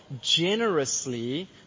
generously